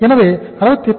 எனவே 68